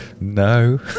no